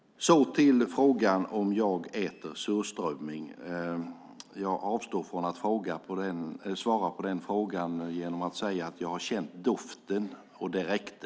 Så till frågan om jag äter surströmming. Jag avstår från att svara på frågan genom att säga att jag har känt doften - och det räckte!